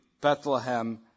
Bethlehem